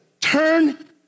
Turn